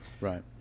right